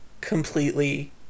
completely